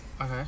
Okay